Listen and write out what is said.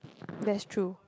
that's true